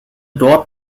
dort